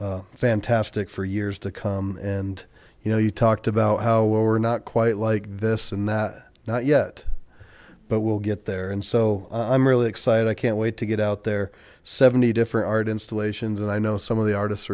fantastic for years to come and you know you talked about how well we're not quite like this and that not yet but we'll get there and so i'm really excited i can't wait to get out there seventy different art installations and i know some of the artist